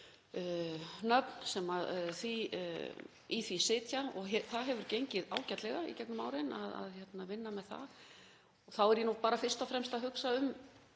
nöfn þeirra sem í því sitja. Þar hefur gengið ágætlega í gegnum árin að vinna með það. Þá er ég nú bara fyrst og fremst að hugsa um